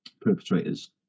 perpetrators